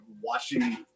watching